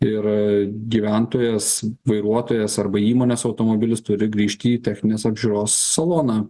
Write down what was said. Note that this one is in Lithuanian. ir gyventojas vairuotojas arba įmonės automobilis turi grįžti į techninės apžiūros saloną